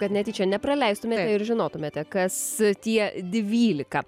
kad netyčia nepraleistumėte ir žinotumėte kas tie dvylika